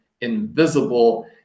invisible